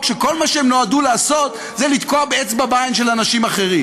שכל מה שהן נועדו לעשות זה לתקוע אצבע בעין של אנשים אחרים.